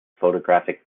photographic